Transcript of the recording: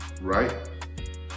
right